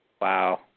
Wow